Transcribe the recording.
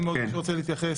אם עוד מישהו רוצה להתייחס,